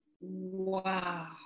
wow